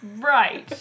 Right